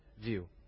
view